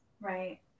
Right